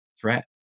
threat